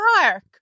park